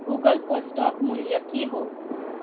गुगलको स्टक मूल्य के हो